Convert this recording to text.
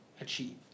achieve